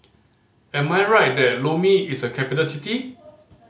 am I right that Lome is a capital city